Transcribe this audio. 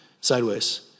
sideways